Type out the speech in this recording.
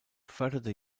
förderte